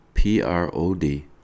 P-R-O-D